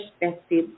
perspective